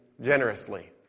generously